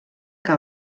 que